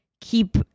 keep